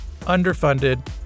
underfunded